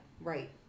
right